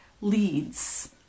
leads